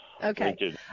Okay